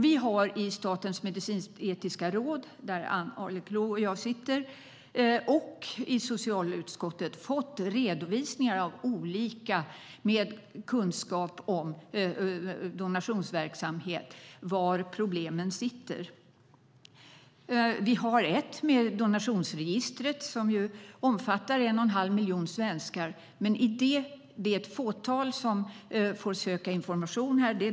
Vi har i Statens medicinsk-etiska råd, där Ann Arleklo och jag sitter, och i socialutskottet fått redovisningar av olika personer med kunskap om donationsverksamhet om var problemen sitter. Vi har ett problem med donationsregistret, som omfattar 1 1⁄2 miljon svenskar. Det är ett fåtal som får söka information där.